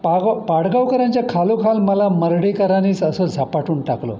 पाग पाडगावकरांच्या खालोखाल मला मर्ढेकरांनीच असं झपाटून टाकलं